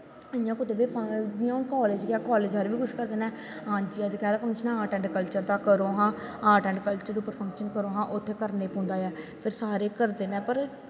जियां college college आह्ले बी कुश करदे नै हां जी अज्ज कल आर्ट ऐंड़ कल्चर दा करो हां आर्ट ऐंड़ कल्चर च पर्फाम करो हां उत्थें करनां पौंदा ऐ पर सारे करदे नै पर